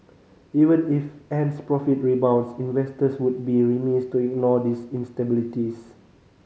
even if Ant's profit rebounds investors would be remiss to ignore these instabilities